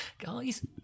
Guys